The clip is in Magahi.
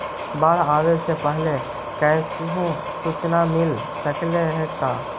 बाढ़ आवे से पहले कैसहु सुचना मिल सकले हे का?